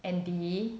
andy